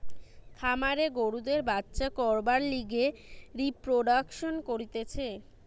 খামারে গরুদের বাচ্চা করবার লিগে রিপ্রোডাক্সন করতিছে